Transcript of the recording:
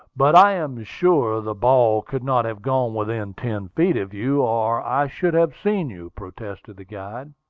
but i am sure the ball could not have gone within ten feet of you, or i should have seen you, protested the guide.